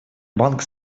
банк